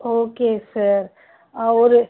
okay sir ஆ ஒரு